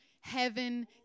heaven